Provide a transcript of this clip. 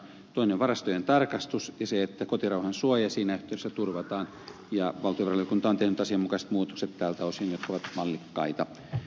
toinen on varastojen tarkastus ja se että kotirauhan suoja siinä yhteydessä turvataan ja valtiovarainvaliokunta on tehnyt asianmukaiset muutokset tältä osin jotka ovat mallikkaita